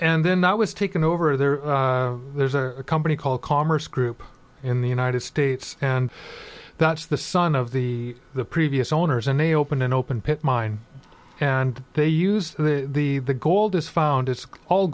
and then that was taken over there there's a company called commerce group in the united states and that's the son of the the previous owners and they open an open pit mine and they use the the the gold is found it's all